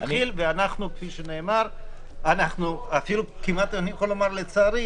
ואני אפילו יכול לומר שלצערי